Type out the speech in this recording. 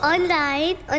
Online